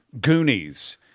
Goonies